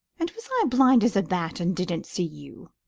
and was i blind as a bat, and didn't see you?